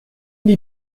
die